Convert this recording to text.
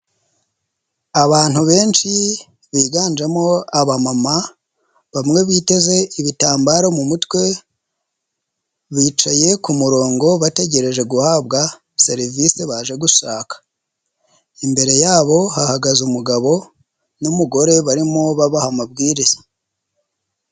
Abantu benshi biganjemo abamama bamwe biteze ibitambaro mu mutwe bicaye ku murongo bategereje guhabwa serivisi baje gushaka, imbere yabo hahagaze umugabo n'umugore barimo babaha amabwiriza.